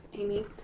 Amy